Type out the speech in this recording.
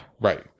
right